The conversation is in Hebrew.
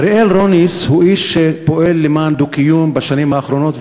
אריאל רוניס הוא איש שפועל למען דו-קיום בשנים האחרונות,